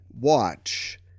watch